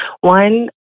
one